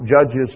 judges